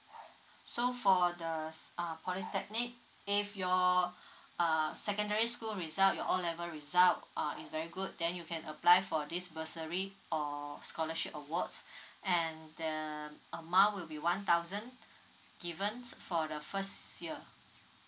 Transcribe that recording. so for the err polytechnic if your uh secondary school result your O level result uh is very good then you can apply for this bursary or scholarship awards and the uh amount will be one thousand given for the first year